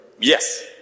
Yes